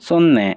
ಸೊನ್ನೆ